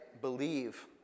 believe